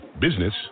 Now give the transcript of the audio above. Business